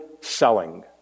selling